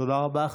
תודה רבה.